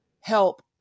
help